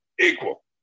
equal